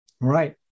right